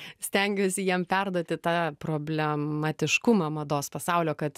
stengiuosi jiem perduoti tą problematiškumą mados pasaulio kad